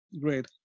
Great